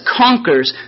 conquers